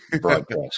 broadcast